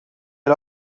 had